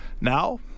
Now